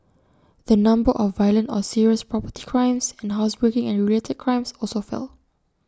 the number of violent or serious property crimes and housebreaking and related crimes also fell